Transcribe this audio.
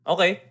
Okay